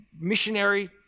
missionary